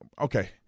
Okay